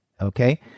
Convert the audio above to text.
Okay